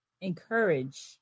encourage